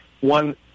one